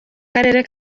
karere